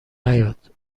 نیاد